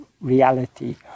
reality